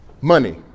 Money